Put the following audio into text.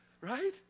right